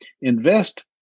invest